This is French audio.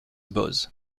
boz